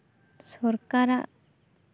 ᱥᱚᱨᱠᱟᱨᱟᱜ